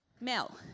Mel